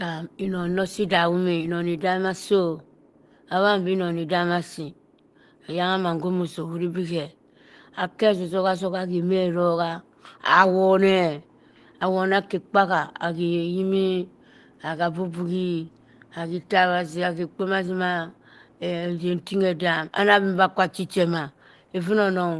Ha inon zoh si dahum e. Inon idama asii o. Abhang bii inon idama asii eyangha mangwo ma nsii ohuri bi khe, akeh ozizoha azoha, akhe meh iroha, awoneh. Awon ake ekpo ahah. Aghe eyimi, akhe abubughi, aghe itabhassi, aghe ekpombo ma se ma ezen ting edanam. Anaben ba akwa chi che ma, even onong,